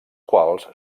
quals